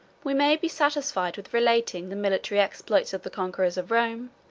we may be satisfied with relating the military exploits of the conquerors of rome,